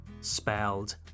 Spelled